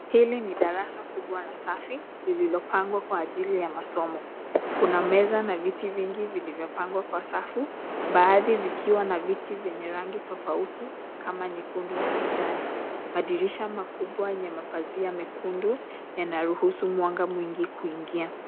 Hili ni darasa kubwa na safi lililopangwa kwa ajili ya masomo. Kuna meza na viti vingi vilivyopangwa kwa safu baadhi vikiwa na viti vyenye rangi tofauti kama nyekundu na kijani. Madirisha makubwa yenye mapazia mekundu yanaruhusu mwanga mwingi kuingia.